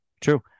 true